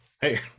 Hey